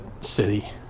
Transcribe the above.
city